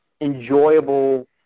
enjoyable